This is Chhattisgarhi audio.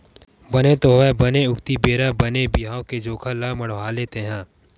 बने तो हवय बने अक्ती बेरा बने बिहाव के जोखा ल मड़हाले तेंहा